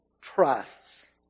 trusts